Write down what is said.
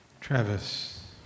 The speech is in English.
Travis